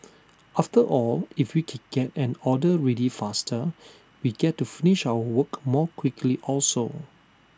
after all if we can get an order ready faster we get to finish our work more quickly also